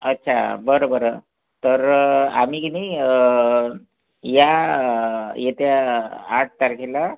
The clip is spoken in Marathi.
अच्छा बरं बरं तर आम्ही की नाही या येत्या आठ तारखेला